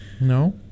No